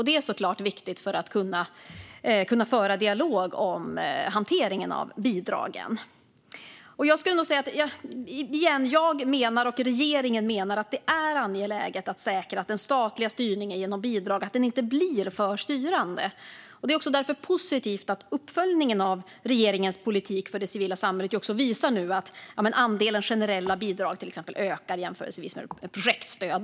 Det är såklart viktigt för att de ska kunna föra dialog om hanteringen av bidragen. Jag och regeringen menar att det är angeläget att säkra att den statliga styrningen genom bidrag inte blir för styrande. Det är därför positivt att uppföljningen av regeringens politik för det civila samhället nu visar att andelen generella bidrag, till exempel, ökar i jämförelse med projektstöd.